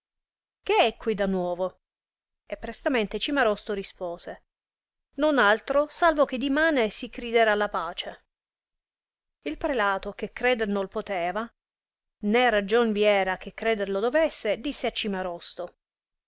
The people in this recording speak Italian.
che è qui da nuovo e prestamente cimarosto rispose non altro salvo che dimane si criderà la pace il prelato che credo non poteva né ragion vi era che creder lo dovesse disse a cimarosto